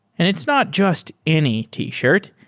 and it's not just any t-shirt.